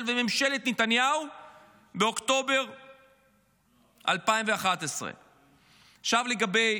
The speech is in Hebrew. וממשלת נתניהו באוקטובר 2011. עכשיו לגבי